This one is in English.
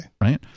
Right